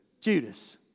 Judas